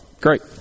great